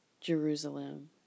Jerusalem